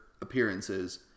appearances